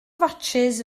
fatsis